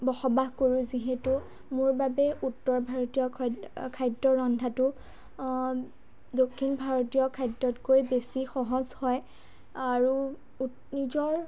বসবাস কৰোঁ যিহেতু মোৰ বাবে উত্তৰ ভাৰতীয় খা খাদ্য ৰন্ধাটো দক্ষিণ ভাৰতীয় খাদ্যতকৈ বেছি সহজ হয় আৰু উ নিজৰ